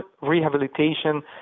rehabilitation